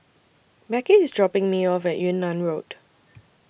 Becky IS dropping Me off At Yunnan Road